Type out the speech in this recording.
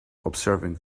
observing